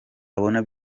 abona